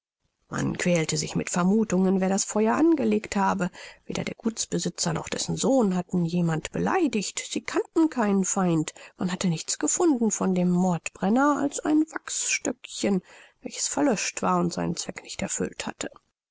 man quälte sich mit vermuthungen wer das feuer angelegt habe weder der gutsbesitzer noch dessen sohn hatten jemand beleidigt sie kannten keinen feind man hatte nichts gefunden von dem mordbrenner als ein wachsstöckchen welches verlöscht war und seinen zweck nicht erfüllt hatte